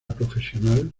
profesional